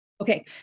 Okay